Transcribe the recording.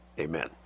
amen